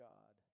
God